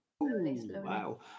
Wow